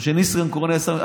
או כשניסנקורן היה שר,